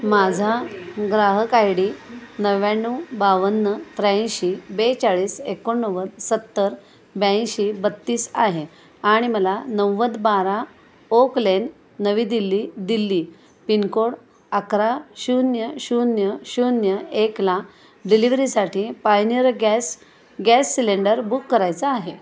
माझा ग्राहक I D नव्याण्णव बावन्न त्र्याऐंशी बेचाळीस एकोणनव्वद सत्तर ब्याऐंशी बत्तीस आहे आणि मला नव्वद बारा oak lane Navi Delhi Delhi pincode अकरा शून्य शून्य शून्य एक ला डिलिव्हरीसाठी pioneer gas gas cylinder book करायचा आहे